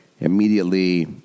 immediately